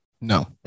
no